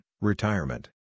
retirement